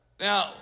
Now